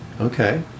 Okay